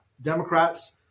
Democrats